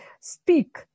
Speak